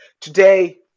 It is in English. Today